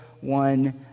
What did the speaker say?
one